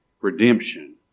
redemption